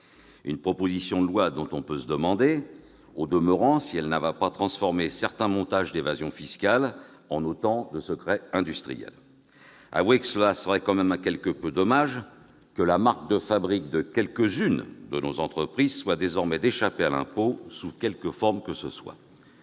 Une proposition de loi dont on peut se demander, au demeurant, si elle ne va pas transformer certains montages d'évasion fiscale en autant de secrets industriels ... Avouez qu'il serait quand même quelque peu dommage que la « marque de fabrique » de quelques-unes de nos entreprises soit désormais d'échapper à l'impôt, sous quelque forme que ce soit